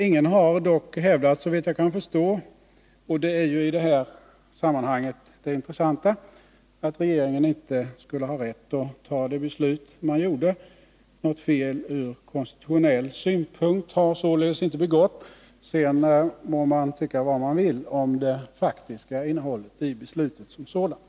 Ingen har dock, såvitt jag kan förstå, hävdat att regeringen — och det är ju i detta sammanhang det intressanta — inte skulle ha rätt att ta det beslut som man tog. Något fel ur konstitutionell synpunkt har således inte begåtts. Sedan må man tycka vad man vill om det faktiska innehållet i beslutet som sådant.